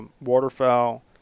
waterfowl